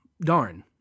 darn